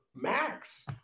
max